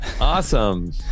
awesome